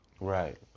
Right